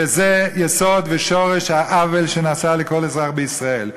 וזה יסוד ושורש העוול שנעשה לכל אזרח בישראל,